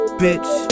bitch